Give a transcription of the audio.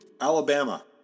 Alabama